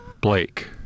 Blake